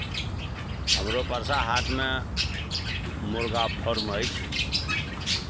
हमरो परसा हाटमे मुर्गा फार्म अछि